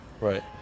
right